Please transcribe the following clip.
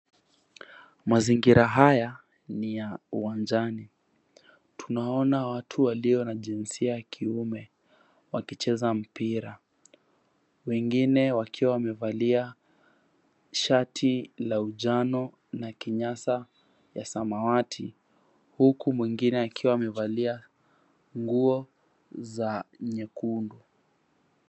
Mazingira haya ni ya uwanjani tunaoana watu walio na jinsia wa kiume wakicheza mpira, wengine wakiwa wamevalia shati la njano na kinyasa ya samawati huku mwingine akiwa amevalia nguo za nyekundu.